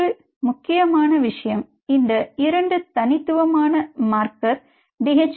மற்றொரு முக்கியமான விஷயம் இந்த 2 தனித்துவமான மார்க்கர் டி